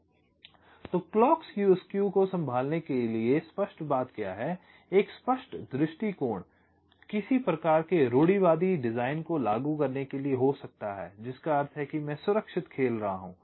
तो clock skew को संभालने के लिए स्पष्ट बात क्या है एक स्पष्ट दृष्टिकोण किसी प्रकार के रूढ़िवादी डिजाइन को लागू करने के लिए हो सकता है जिसका अर्थ है कि मैं सुरक्षित खेल रहा हूं